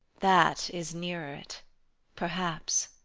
that is nearer it perhaps.